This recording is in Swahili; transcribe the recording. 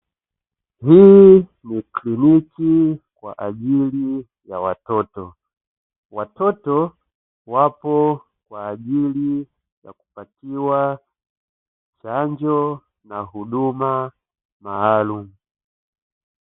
Hii ni kliniki kwa ajili ya watoto, watoto wapo kwa ajili ya kupatiwa chanjo na huduma maalumu.